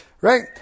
right